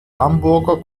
hamburger